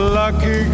lucky